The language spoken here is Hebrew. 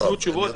יינתנו תשובות.